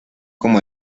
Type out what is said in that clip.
con